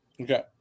Okay